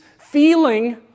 feeling